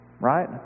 right